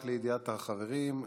רק לידיעת החברים,